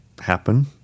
happen